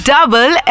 Double